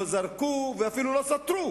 לא זרקו, ואפילו לא סטרו